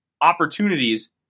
opportunities